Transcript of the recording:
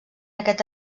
aquest